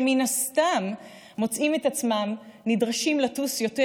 שמן הסתם מוצאים את עצמם נדרשים לטוס יותר,